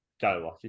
go